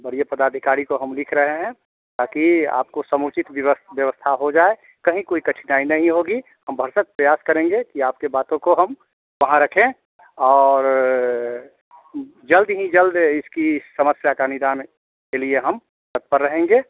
बड़े पदाधिकारी को हम लिख रहे हैं ताकि आपको समुचित बिव व्यवस्था हो जाए कहीं कोई कठिनाई नहीं होगी हम भरसक प्रयास करेंगे कि आपके बातों को हम वहाँ रखें और जल्द ही जल्द इसकी समस्या के निदान के लिए हम तत्पर रहेंगे